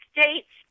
States